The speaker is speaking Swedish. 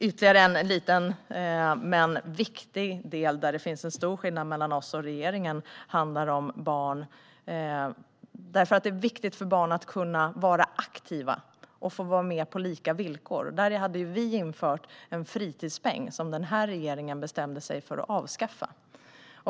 Ytterligare en liten men viktig del, där det finns en stor skillnad mellan oss och regeringen, handlar om att det är viktigt för barn att kunna vara aktiva och få vara med på lika villkor. Där hade vi infört en fritidspeng, som den här regeringen bestämde sig för att avskaffa.